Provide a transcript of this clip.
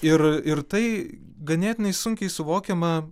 ir ir tai ganėtinai sunkiai suvokiama